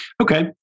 Okay